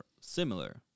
similar